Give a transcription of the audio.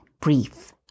brief